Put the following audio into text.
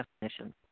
definition